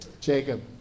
Jacob